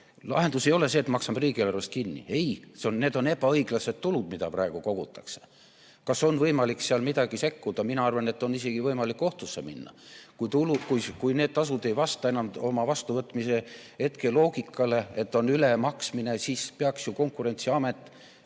Lahendus ei ole see, et maksame riigieelarvest kinni. Ei, need on ebaõiglased tulud, mida praegu kogutakse. Kas on võimalik seal sekkuda? Mina arvan, et on isegi võimalik kohtusse minna. Kui need tasud ei vasta enam oma [kehtestamise] hetke loogikale ja on ülemaksmine, siis peaks Konkurentsiamet